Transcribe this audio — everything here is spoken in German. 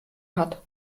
hat